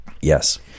Yes